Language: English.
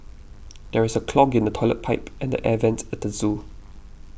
there is a clog in the Toilet Pipe and the Air Vents at zoo